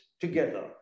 together